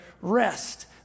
rest